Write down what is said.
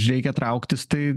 reikia trauktis tai